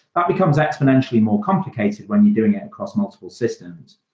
that becomes exponentially more complicated when you're doing it across multiple systems.